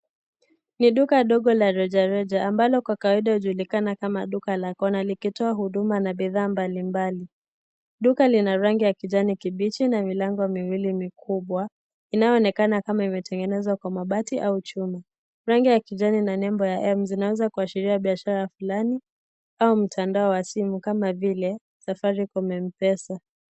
Ni duka ndogo la rejareja ambalo kwa kawaida ujulikana kama duka la kona likitoa huduma na bidhaa mabalimbali, duka lina rangi ya kijani kibichi na milango miwili mikubwa inayoonekana kama imetengenezwa kwa mabati au chuma ,rangi ya kijani na nembo ya m zinaweza kuashiria biashara fulani au mtandao wa simu kama vile safaricom Mpesa.